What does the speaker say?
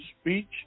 speech